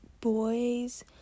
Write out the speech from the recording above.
boys